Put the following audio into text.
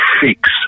fix